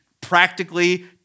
practically